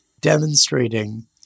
demonstrating